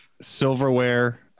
silverware